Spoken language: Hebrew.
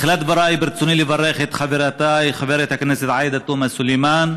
בתחילת דבריי ברצוני לברך את חברתי חברת הכנסת עאידה תומא סלימאן